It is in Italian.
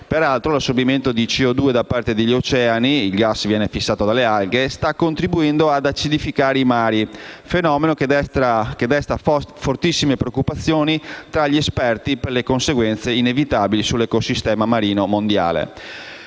Peraltro, l'assorbimento di CO2 da parte degli oceani - il gas viene fissato dalle alghe - sta contribuendo ad acidificare i mari, fenomeno che desta fortissime preoccupazioni tra gli esperti per le inevitabili conseguenze sull'ecosistema marino mondiale.